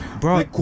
bro